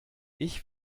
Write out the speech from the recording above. ich